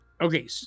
Okay